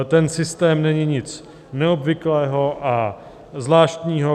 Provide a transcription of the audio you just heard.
Ten systém není nic neobvyklého a zvláštního.